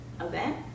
event